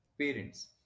parents